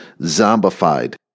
zombified